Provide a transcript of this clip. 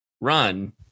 run